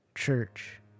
church